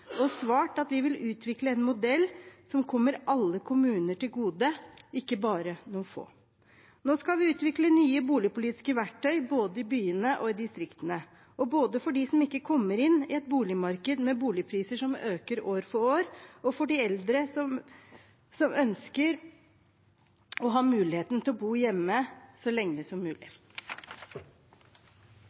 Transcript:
og svart at vi vil utvikle en modell som kommer alle kommuner til gode, ikke bare noen få. Nå skal vi utvikle nye boligpolitiske verktøy både i byene og i distriktene, for både dem som ikke kommer seg inn i et boligmarked med boligpriser som øker år for år, og de eldre som ønsker å ha muligheten til å bo hjemme så lenge som mulig.